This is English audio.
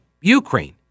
Ukraine